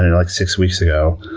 like six weeks ago,